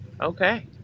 Okay